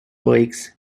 lakes